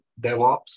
DevOps